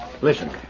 Listen